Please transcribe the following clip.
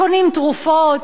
קונים תרופות.